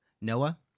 Noah